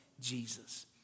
Jesus